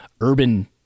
urban